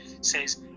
says